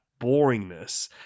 boringness